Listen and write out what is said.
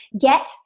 get